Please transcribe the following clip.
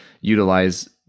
utilize